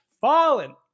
Fallen